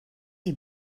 die